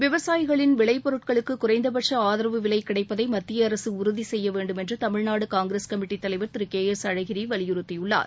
விவசாயிகளின் விளைபொருட்களுக்கு குறைந்தபட்ச ஆதரவு விலை கிடைப்பதை மத்திய அரசு உறுதி செய்ய வேண்டுமென தமிழ்நாடு காங்கிரஸ் கமிட்டி தலைவர் திரு கே எஸ் அழகிரி வலியுறத்தியுள்ளார்